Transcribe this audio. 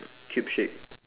cheap shape